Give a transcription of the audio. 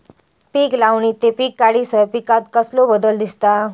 पीक लावणी ते पीक काढीसर पिकांत कसलो बदल दिसता?